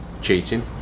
cheating